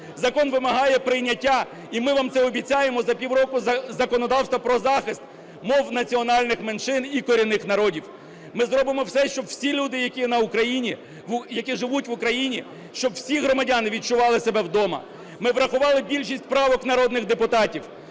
закон вимагає прийняття, і ми вам це обіцяємо – за півроку законодавство про захист мов національних меншин і корінних народів. Ми зробимо все, щоб всі люди, які на Україні, які живуть в Україні, щоб усі громадяни відчували себе вдома. Ми врахували більшість правок народних депутатів.